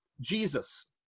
Jesus